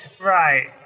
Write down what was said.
Right